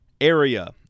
area—